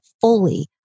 fully